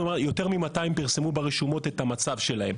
יותר מ-200 פרסמו ברשומות את המצב שלהן